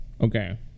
okay